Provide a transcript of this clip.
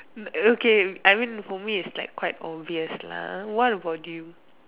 okay I mean for me it's like quite obvious lah what about you